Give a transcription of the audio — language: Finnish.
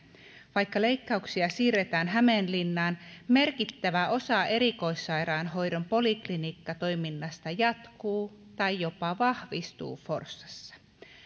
vaikka leikkauksia siirretään hämeenlinnaan merkittävä osa erikoissairaanhoidon poliklinikkatoiminnasta jatkuu tai jopa vahvistuu forssassa